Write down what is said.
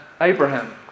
Abraham